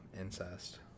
incest